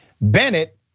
Bennett